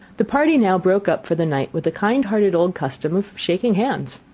the party now broke up for the night with the kind-hearted old custom of shaking hands.